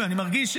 אני מרגיש,